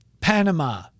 Panama